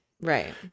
right